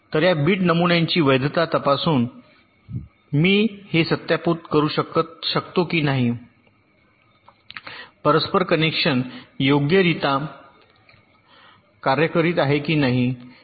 तर या बिट नमुन्यांची वैधता तपासून मी हे सत्यापित करू शकतो की नाही परस्पर कनेक्शन योग्यरित्या कार्य करीत आहे की नाही